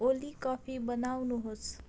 Oli coffee बनाउनुहोस्